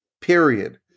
period